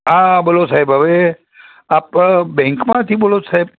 હા બોલો સાહેબ હવે આપ બેંકમાંથી બોલો છો સાહેબ